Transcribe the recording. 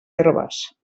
herbes